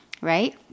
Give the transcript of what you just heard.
right